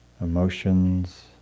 emotions